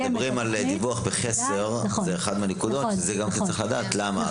מדברים על דיווח בחסר, וצריך לדעת למה.